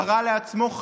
ברא לעצמו,